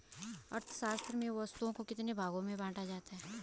अर्थशास्त्र में वस्तुओं को कितने भागों में बांटा जाता है?